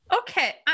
Okay